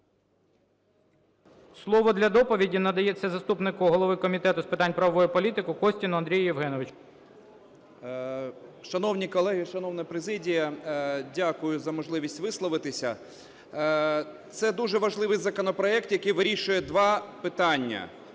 Слово для доповіді надається заступнику голови Комітету з питань правової політики Костіну Андрію Євгеновичу. 16:27:09 КОСТІН А.Є. Шановні колеги, шановна президія, дякую за можливість висловитися. Це дуже важливий законопроект, який вирішує два питання.